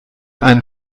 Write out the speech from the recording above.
einen